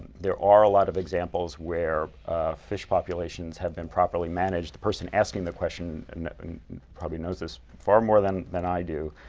there are a lot of examples where fish populations have been properly managed. the person asking the question probably knows this far more than than i do,